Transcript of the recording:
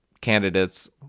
candidates